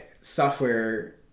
software